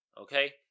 Okay